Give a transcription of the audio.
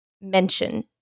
mention